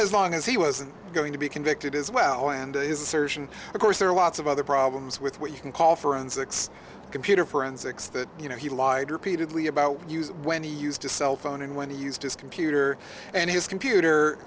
as long as he wasn't going to be convicted as well and his assertion of course there are lots of other problems with what you can call forensics computer forensics that you know he lied repeatedly about what use when he used a cell phone and when he used his computer and his computer